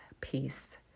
peace